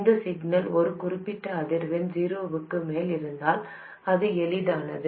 இந்த சிக்னல் ஒரு குறிப்பிட்ட அதிர்வெண் 0 க்கு மேல் இருந்தால் அது எளிதானது